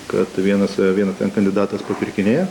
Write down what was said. kad vienas vienas kandidatas papirkinėjo